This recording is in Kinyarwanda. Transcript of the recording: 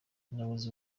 umuyobozi